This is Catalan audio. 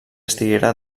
estiguera